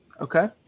Okay